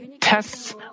tests